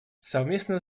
совместно